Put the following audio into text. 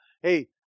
Hey